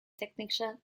technicians